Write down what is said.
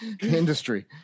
industry